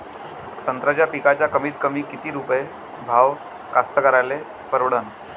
संत्र्याचा पिकाचा कमीतकमी किती रुपये भाव कास्तकाराइले परवडन?